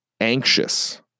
anxious